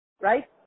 Right